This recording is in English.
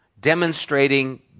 demonstrating